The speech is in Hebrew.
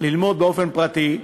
ללמוד באופן פרטי,